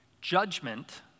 Judgment